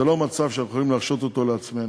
זה לא מצב שאנחנו יכולים להרשות אותו לעצמנו.